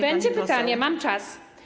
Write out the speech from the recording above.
Będzie pytanie, mam czas.